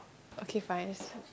okay fine